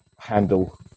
handle